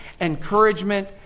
encouragement